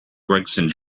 gregson